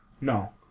No